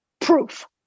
proof